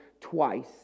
twice